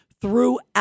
throughout